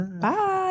Bye